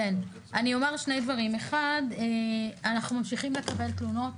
שני דברים, אנחנו ממשיכים לקבל תלונות.